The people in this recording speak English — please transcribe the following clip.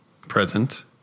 Present